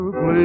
Please